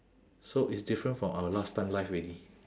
so it's different from our last time life already